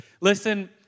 Listen